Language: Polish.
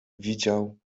widział